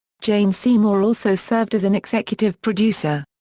jane seymour also served as an executive producer.